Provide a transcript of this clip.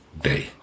day